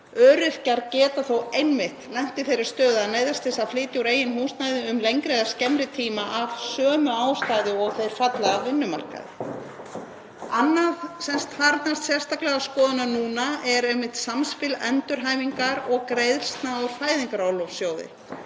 Öryrkjar geta þó einmitt lent í þeirri stöðu að neyðast til að flytja úr eigin húsnæði um lengri eða skemmri tíma af sömu ástæðu og þeir falla af vinnumarkaði. Annað sem þarfnast sérstaklega skoðunar núna er einmitt samspil endurhæfingar og greiðslna úr Fæðingarorlofssjóði.